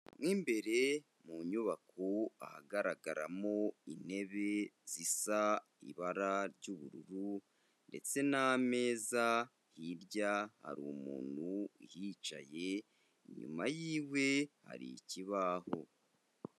Mo imbere mu nyubako ahagaragaramo intebe zisa ibara ry'ubururu ndetse n'ameza, hirya hari umuntu uhicaye, inyuma yiwe hari ikibaho.